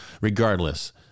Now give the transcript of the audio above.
regardless